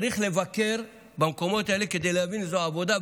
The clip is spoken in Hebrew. צריך לבקר במקומות האלה כדי להבין שזו עבודה,